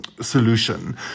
solution